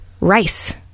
Rice